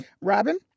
Robin